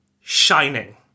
shining